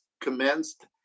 commenced